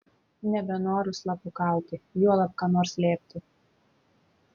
nebenoriu slapukauti juolab ką nors slėpti